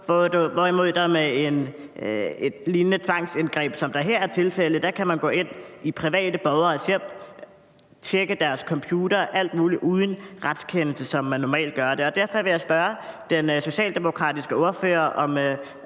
hvorimod man med det lignende tvangsindgreb, som er tilfældet her, kan gå ind i privates hjem og tjekke deres computere og alt muligt uden en retskendelse, som man normalt skal have. Derfor vil jeg spørge den socialdemokratiske ordfører,